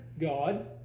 God